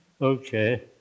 Okay